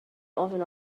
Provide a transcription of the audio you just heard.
ofyn